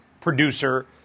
producer